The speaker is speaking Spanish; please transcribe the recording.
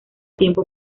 tiempo